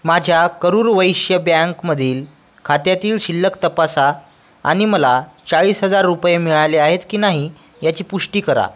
माझ्या करूर वैश्य बँकमधील खात्यातील शिल्लक तपासा आणि मला चाळीस हजार रुपये मिळाले आहेत की नाही याची पुष्टी करा